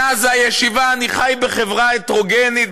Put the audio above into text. מאז הישיבה אני חי בחברה הטרוגנית,